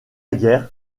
guerre